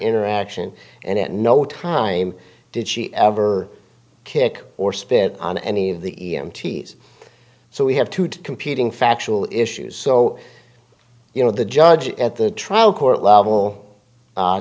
interaction and at no time did she ever kick or spit on any of the e m t's so we have two to competing factual issues so you know the judge at the trial court level